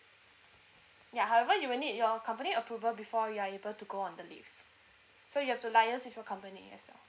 ya however you will need your company approval before you are able to go on the leave so you have to liaise with your company as well